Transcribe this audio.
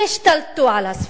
שהשתלטו על הספינה,